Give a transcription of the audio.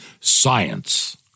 science